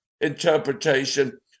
interpretation